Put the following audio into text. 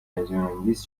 هیجانانگیز